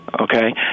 Okay